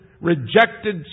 rejected